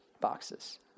boxes